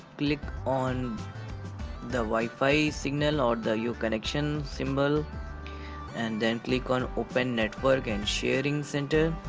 click on the wi-fi signal or the your connection symbol and then click on open network and sharing center.